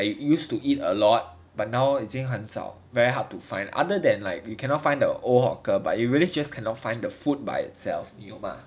like you used to eat a lot but now 已经很少 very hard to find other than like you cannot find the old hawker but you really just cannot find the food by itself 你懂吗